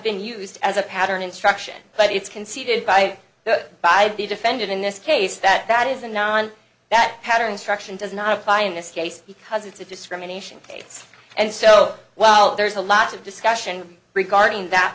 been used as a pattern instruction but it's conceded by the by the defendant in this case that that is a non that pattern struction does not apply in this case because it's a discrimination pates and so while there's a lot of discussion regarding that